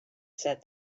said